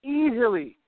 easily